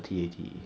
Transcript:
ah